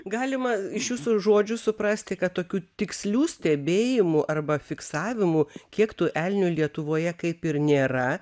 galima iš jūsų žodžių suprasti kad tokių tikslių stebėjimų arba fiksavimų kiek tų elnių lietuvoje kaip ir nėra